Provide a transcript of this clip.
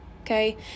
Okay